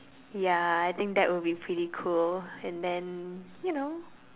ya I think that would be pretty cool and then you know